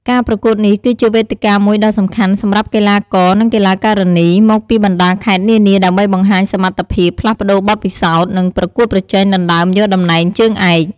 ការប្រកួតនេះគឺជាវេទិកាមួយដ៏សំខាន់សម្រាប់កីឡាករ និងកីឡាការិនីមកពីបណ្ដាខេត្តនានាដើម្បីបង្ហាញសមត្ថភាព ផ្លាស់ប្ដូរបទពិសោធន៍ និងប្រកួតប្រជែងដណ្ដើមយកតំណែងជើងឯក។